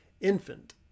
infant